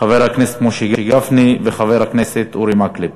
חבר הכנסת משה גפני וחבר הכנסת אורי מקלב.